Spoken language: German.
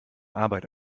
arbeit